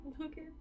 Okay